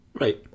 right